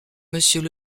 monsieur